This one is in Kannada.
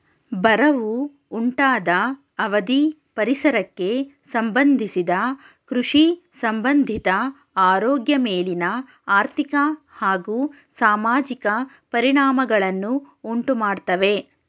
ಬರವು ಉಂಟಾದ ಅವಧಿ ಪರಿಸರಕ್ಕೆ ಸಂಬಂಧಿಸಿದ ಕೃಷಿಸಂಬಂಧಿತ ಆರೋಗ್ಯ ಮೇಲಿನ ಆರ್ಥಿಕ ಹಾಗೂ ಸಾಮಾಜಿಕ ಪರಿಣಾಮಗಳನ್ನು ಉಂಟುಮಾಡ್ತವೆ